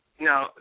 No